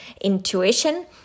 intuition